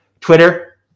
Twitter